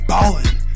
Ballin